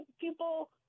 people